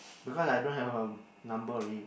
because I don't have her number already